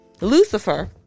Lucifer